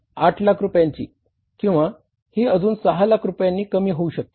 8 लाख रुपयांची किंवा ही अजून 6 लाख रूपयांनी कमी होऊ शकते